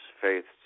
faiths